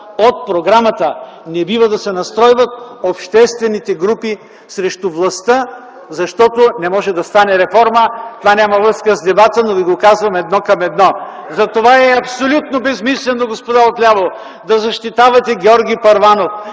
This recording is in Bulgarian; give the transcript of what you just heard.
от програмата. Не бива да се настройват обществените групи срещу властта, защото не може да стане реформа. Това няма връзка с дебата, но ви го казвам едно към едно. Затова е абсолютно безсмислено, господа отляво, да защитавате Георги Първанов.